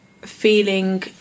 feeling